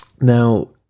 now